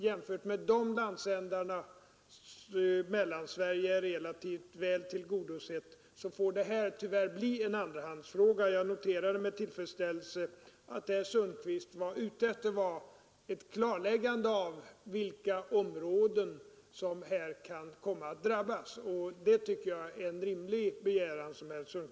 Jämfört med dessa landsändar är turarkiv Mellansverige relativt väl tillgodosett, och därför får detta tyvärr bli en Jag noterade med tillfredsställelse att det som herr Sundkvist var ute efter var ett klarläggande av vilka områden som kan komma att drabbas, och det tycker jag är en rimlig begäran.